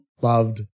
loved